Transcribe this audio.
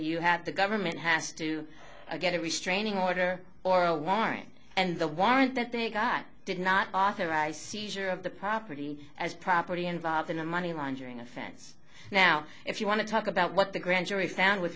you have the government has to get a restraining order or a warrant and the warrant that they got did not authorize seizure of the property as property involved in a money laundering offense now if you want to talk about what the grand jury found with